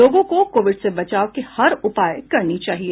लोगों को कोविड से बचाव के हर उपाय करनी चाहिए